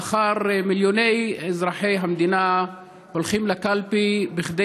מחר מיליוני אזרחי המדינה הולכים לקלפי כדי